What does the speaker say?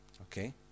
Okay